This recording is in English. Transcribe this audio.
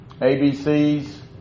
ABCs